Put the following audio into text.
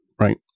right